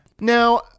Now